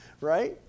Right